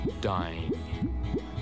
dying